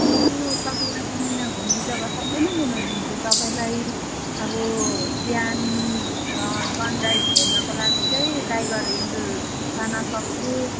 अब तपाईँलाई त म यहाँ घुम्ने जग्गा सबै नै घुमाइदिन्छु तपाईँलाई अब बिहान सनराइज हेर्नको लागि चाहिँ टाइगर हिल लान सक्छु